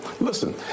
Listen